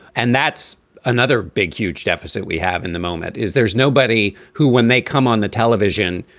and that's another big, huge deficit we have in the moment, is there's nobody who when they come on the television,